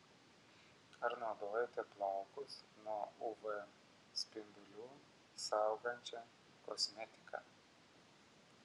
ar naudojate plaukus nuo uv spindulių saugančią kosmetiką